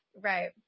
right